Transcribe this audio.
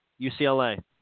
UCLA